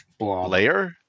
layer